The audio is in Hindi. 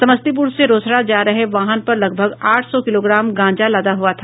समस्तीपुर से रोसड़ा जा रहे वाहन पर लगभग आठ सौ किलोग्राम गांजा लदा हुआ था